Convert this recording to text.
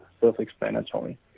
self-explanatory